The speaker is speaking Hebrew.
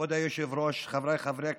כבוד היושב-ראש, חבריי חברי הכנסת,